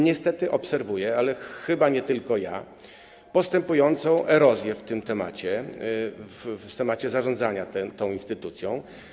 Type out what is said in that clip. Niestety obserwuję, ale chyba nie tylko ja, postępującą erozję w tym temacie, w temacie zarządzania tą instytucją.